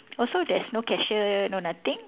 also there's no cashier no nothing